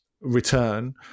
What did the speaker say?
return